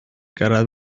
gyrraedd